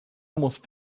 almost